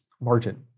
margin